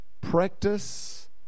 Practice